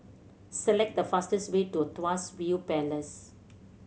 select the fastest way to Tuas View Palace